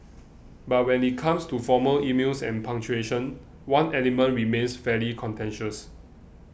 but when it comes to formal emails and punctuation one element remains fairly contentious